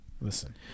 Listen